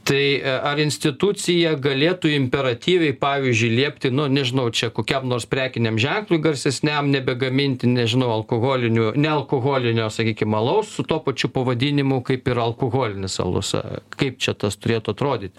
tai ar institucija galėtų imperatyviai pavyzdžiui liepti nu nežinau čia kokiam nors prekiniam ženklui garsesniam nebegaminti nežinau alkoholinių nealkoholinio sakykim alaus su tuo pačiu pavadinimu kaip ir alkoholinis alus kaip čia tas turėtų atrodyt